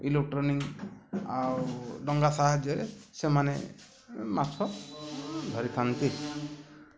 electronic ଆଉ ଡଙ୍ଗା ସାହାଯ୍ୟରେ ସେମାନେ ମାଛ ଧରିଥାନ୍ତି